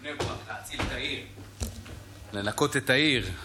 בבני ברק, להציל את העיר, לנקות את העיר.